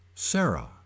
Sarah